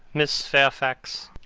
miss fairfax.